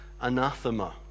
anathema